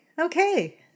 Okay